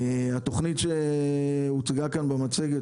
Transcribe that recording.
התכנית שהוצגה כאן במצגת,